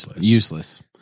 Useless